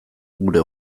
gure